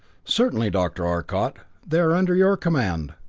certainly, dr. arcot. they are under your command.